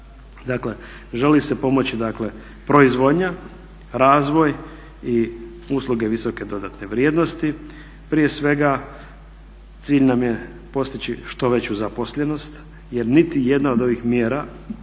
Dakle želi se pomoći dakle proizvodnja, razvoj i usluge visoke dodatne vrijednosti. Prije svega cilj nam je postići što veću zaposlenost jer niti jedna od ovih mjera